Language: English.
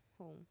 home